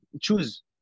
choose